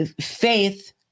Faith